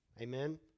Amen